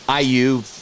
IU